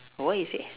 what you say